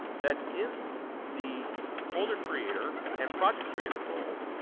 that in the folder creator and project creator roles,